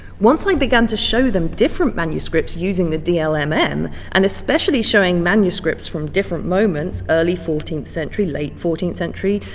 once i began to show them different manuscripts using the dlmm, um and and especially showing manuscripts from different moments early fourteenth century, late fourteenth century,